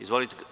Izvolite.